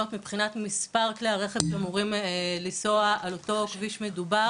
מבחינת מספר כלי הרכב שאמורים לנסוע על אותו קטע הכביש המדובר.